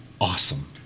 awesome